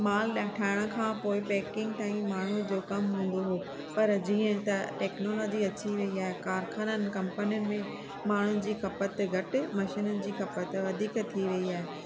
माल ठाहिण खां पोइ पैकिंग ताईं माण्हू जो कमु हूंदो हो पर जीअं त टैक्नोलॉजी अची वई आहे कारखाननि कंपनीनि में माण्हुनि जी खपति घटि मशीनीयुनि जी खपति वधीक थी वई आहे